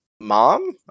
mom